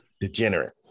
degenerate